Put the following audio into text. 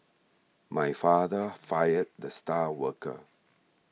my father fired the star worker